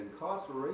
incarceration